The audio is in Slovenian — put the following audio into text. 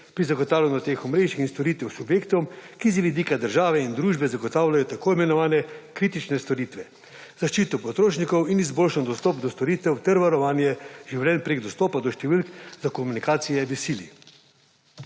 pri zagotavljanju teh omrežij in storitev subjektom, ki z vidika države in družbe zagotavljajo tako imenovane kritične storitve; zaščita potrošnikov in izboljšan dostop do storitev ter varovanje življenj preko dostopa do številk za komunikacije v sili.